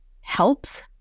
helps